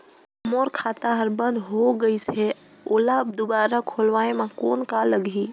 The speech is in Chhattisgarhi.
मोर खाता हर बंद हो गाईस है ओला दुबारा खोलवाय म कौन का लगही?